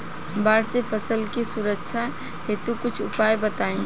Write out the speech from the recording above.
बाढ़ से फसल के सुरक्षा हेतु कुछ उपाय बताई?